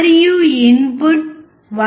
మరియు ఇన్పుట్ 1